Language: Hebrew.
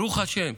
ברוך השם,